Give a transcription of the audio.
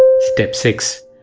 step six.